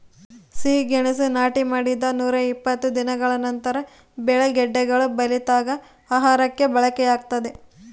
ಸಿಹಿಗೆಣಸು ನಾಟಿ ಮಾಡಿದ ನೂರಾಇಪ್ಪತ್ತು ದಿನಗಳ ನಂತರ ಬೆಳೆ ಗೆಡ್ಡೆಗಳು ಬಲಿತಾಗ ಆಹಾರಕ್ಕೆ ಬಳಕೆಯಾಗ್ತದೆ